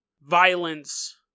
violence